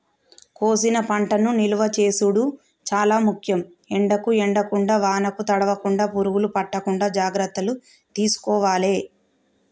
కోసిన పంటను నిలువ చేసుడు చాల ముఖ్యం, ఎండకు ఎండకుండా వానకు తడవకుండ, పురుగులు పట్టకుండా జాగ్రత్తలు తీసుకోవాలె